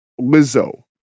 Lizzo